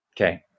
Okay